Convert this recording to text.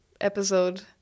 episode